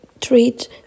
treat